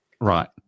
Right